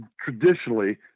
traditionally